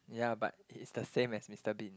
ya but it's the same as Mister Bean